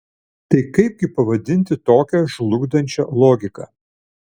tai kaipgi pavadinti tokią žlugdančią logiką